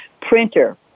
printer